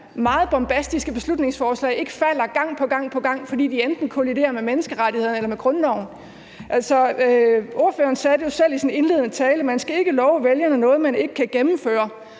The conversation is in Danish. meget bombastiske beslutningsforslag ikke falder gang på gang, fordi de enten kolliderer med menneskerettighederne eller med grundloven. Altså, ordføreren sagde jo selv i sin indledende tale, at man ikke skal love vælgerne noget, man ikke kan gennemføre,